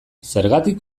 zergatik